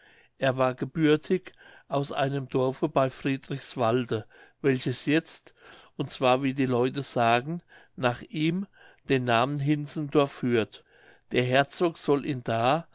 er war gebürtig aus einem dorfe bei friedrichswalde welches jetzt und zwar wie die leute sagen nach ihm den namen hinzendorf führt der herzog soll ihn da